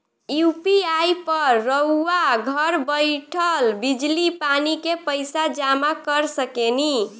UPI पर रउआ घर बईठल बिजली, पानी के पइसा जामा कर सकेनी